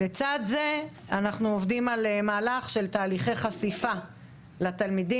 לצד זה אנחנו עובדים על מהלך של תהליכי חשיפה לתלמידים.